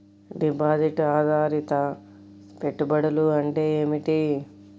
Deposit ఆధారిత పెట్టుబడులు అంటే ఏమిటి?